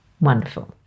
Wonderful